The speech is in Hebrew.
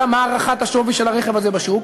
יודע מה הערכת השווי של הרכב הזה בשוק,